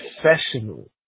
professional